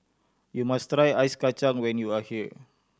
you must try Ice Kachang when you are here